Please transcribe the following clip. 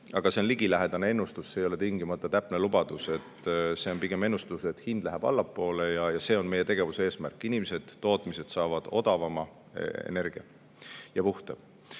Aga see on ligilähedane ennustus. See ei ole tingimata täpne lubadus, vaid see on pigem ennustus, et hind läheb allapoole. Ja see on meie tegevuse eesmärk: inimesed ja tootmised saavad odavama ja puhta